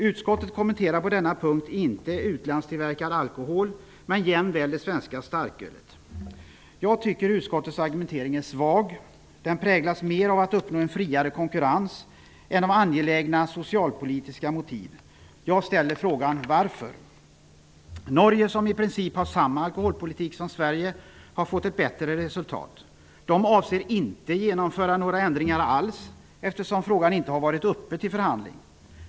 Utskottet kommenterar på denna punkt inte utlandstillverkad alkohol men jämväl det svenska starkölet. Jag tycker att utskottets argumentering är svag. Den präglas mer av att uppnå en friare konkurrens än av angelägna socialpolitiska motiv. Jag ställer frågan: Varför? Norge, som i princip har samma alkoholpolitik som Sverige, har fått ett bättre resultat. Norge avser inte genomföra några ändringar alls, eftersom frågan inte har varit uppe till förhandling.